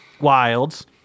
wilds